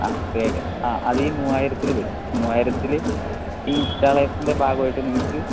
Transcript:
ആ ഫ്രീ ആയിട്ട് അത് ഈ മൂവായിരത്തിൽ വരും മൂവായിരത്തില് ഈ ഇൻസ്റ്റാളഷൻൻ്റെ ഭാഗമായിട്ട് നിങ്ങൾക്ക്